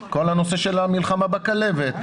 כל הנושא של המלחמה בכלבת,